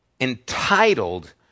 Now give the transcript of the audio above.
entitled